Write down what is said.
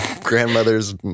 grandmother's